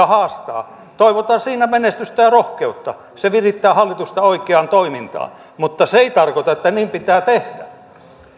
haastaa toivotan siinä menestystä ja rohkeutta se virittää hallitusta oikeaan toimintaan mutta se ei tarkoita että niin pitää tehdä